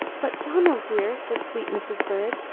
but, donald, dear, said sweet mrs. bird,